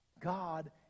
God